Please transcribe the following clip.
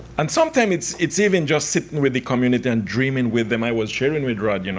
and sometime it's it's even just sitting with the community and dreaming with them. i was sharing with rod, you know